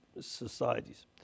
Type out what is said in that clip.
societies